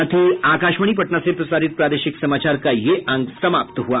इसके साथ ही आकाशवाणी पटना से प्रसारित प्रादेशिक समाचार का ये अंक समाप्त हुआ